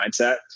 mindset